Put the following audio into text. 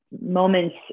Moments